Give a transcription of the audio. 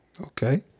okay